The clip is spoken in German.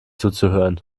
zuzuhören